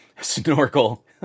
Snorkel